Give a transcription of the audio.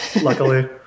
luckily